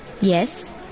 Yes